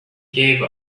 gave